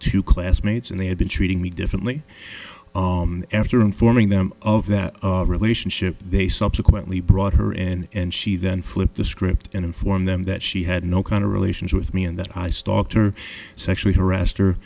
to classmates and they had been treating me differently after informing them of that relationship they subsequently brought her in and she then flipped the script and informed them that she had no kind of relations with me and that i stalked her sexually harassed